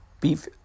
beef